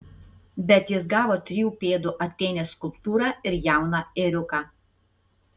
bet jis gavo trijų pėdų atėnės skulptūrą ir jauną ėriuką